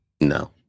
No